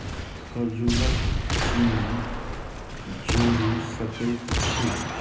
खजूरक चीनी जोड़ि सकैत छी